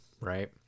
Right